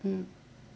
mm